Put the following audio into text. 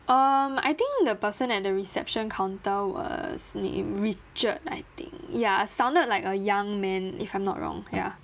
um I think the person at the reception counter was name richard I think ya sounded like a young man if I'm not wrong ya